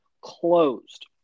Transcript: closed